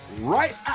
Right